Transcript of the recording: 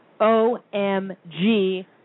OMG